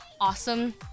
awesome